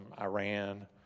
Iran